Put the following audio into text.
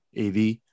av